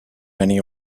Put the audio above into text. many